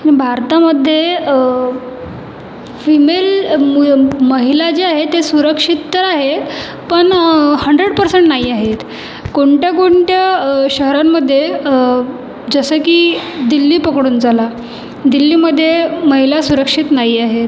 भारतामध्ये फिमेल मु महिला ज्या आहेत ते सुरक्षित तर आहेत पण हंड्रेड पर्सेंट नाही आहेत कोणत्या कोणत्या शहरांमध्ये जसं की दिल्ली पकडून चला दिल्लीमध्ये महिला सुरक्षित नाही आहेत